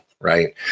right